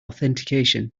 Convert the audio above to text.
authentication